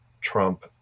Trump